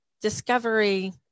discovery